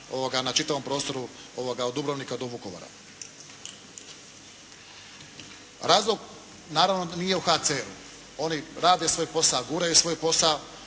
na čitavom prostoru od Dubrovnika do Vukovara. Razlog naravno da nije u HCR-u, oni rade svoj posao, guraju svoj posao,